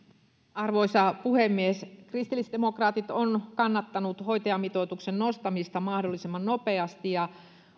arvoisa puhemies kristillisdemokraatit on kannattanut hoitajamitoituksen nostamista mahdollisimman nopeasti ja